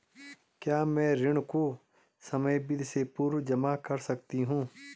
क्या मैं ऋण को समयावधि से पूर्व जमा कर सकती हूँ?